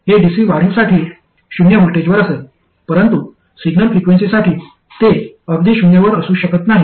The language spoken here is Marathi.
हे डीसी वाढीसाठी शून्य व्होल्टेजवर असेल परंतु सिग्नल फ्रिक्वेन्सीसाठी ते अगदी शून्यावर असू शकत नाही